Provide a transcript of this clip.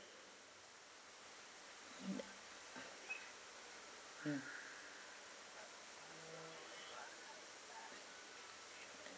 hmm